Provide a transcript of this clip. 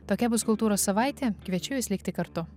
tokia bus kultūros savaitė kviečiu jus likti kartu